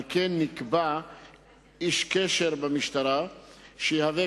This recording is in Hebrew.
על כן נקבע איש קשר במשטרה שיהווה